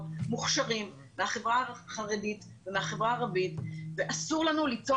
מוכשרים מהחברה החרדית ומהחברה הערבית ואסור לנו ליצור